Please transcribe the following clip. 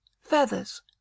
feathers